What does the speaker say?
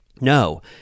no